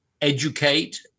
educate